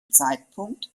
zeitpunkt